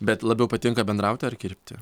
bet labiau patinka bendrauti ar kirpti